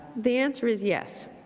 the answer is, yes.